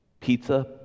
pizza